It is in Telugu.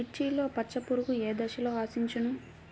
మిర్చిలో పచ్చ పురుగు ఏ దశలో ఆశించును?